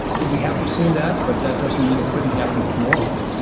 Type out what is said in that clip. we haven't seen that but that doesn't mean it couldn't happen tomorrow.